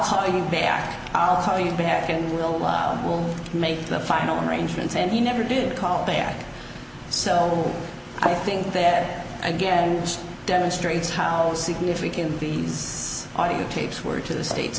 be back i'll call you back and we'll will make the final arrangements and he never did call back so i think that again demonstrates how significant these audiotapes were to the state